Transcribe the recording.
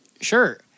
Sure